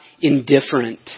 indifferent